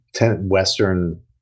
Western